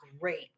great